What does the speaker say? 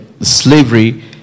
slavery